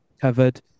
covered